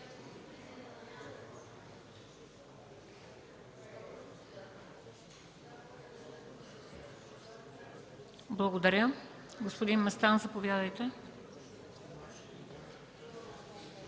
Процедура? Господин Местан, заповядайте.